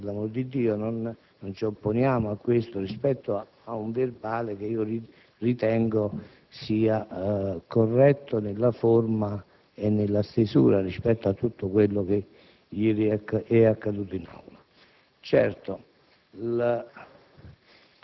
Si tratta di una precisazione che ben venga, per l'amor di Dio! Non ci opponiamo rispetto ad un verbale che ritengo corretto, nella forma e nella stesura, nel riportare ciò che ieri è accaduto in Aula.